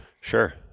sure